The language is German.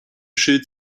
schild